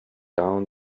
down